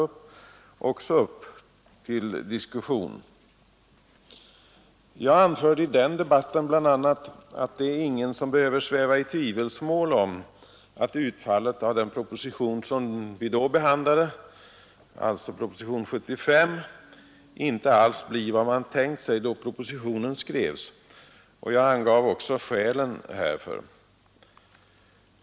I den debatten anförde jag bl.a. att ingen behöver sväva i tvivelsmål om att utfallet av propositionen 75 inte alls blir vad man tänkte sig då propositionen skrevs, och jag angav också skälen härför.